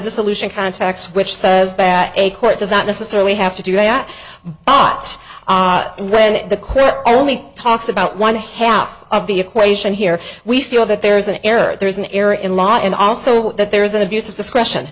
dissolution contracts which says that a court does not necessarily have to do at aat when the quote only talks about one half of the equation here we feel that there is an error there is an error in law and also that there is an abuse of discretion